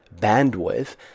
bandwidth